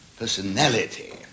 personality